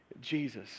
Jesus